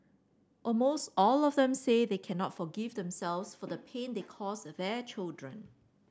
almost all of them say they cannot forgive themselves for the pain they cause their children